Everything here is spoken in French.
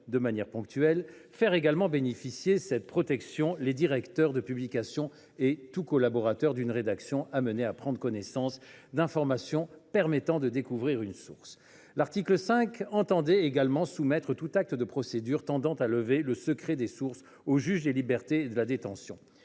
de manière ponctuelle ; et faire également bénéficier de cette protection les directeurs de publication et tout collaborateur d’une rédaction amenés à prendre connaissance d’informations permettant de découvrir une source. L’article 5 prévoyait également de soumettre tout acte de procédure tendant à lever le secret des sources au juge des libertés et de la détention